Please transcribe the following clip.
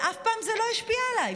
ואף פעם זה לא השפיע עליי.